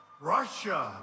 Russia